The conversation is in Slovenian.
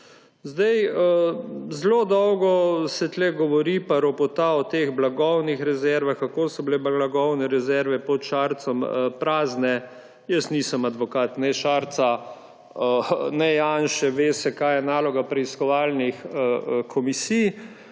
stanja. Zelo dolgo se tu govori, pa ropota o teh blagovnih rezervah, kako so bile blagovne rezerve pod Šarcem prazne. Jaz nisem advokat ne Šarca, ne Janše. Ve se, kaj je naloga preiskovalnih komisij.